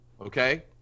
Okay